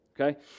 okay